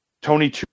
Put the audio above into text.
Tony